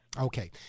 okay